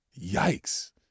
Yikes